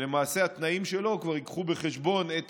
שלמעשה התנאים שלו כבר ייקחו בחשבון את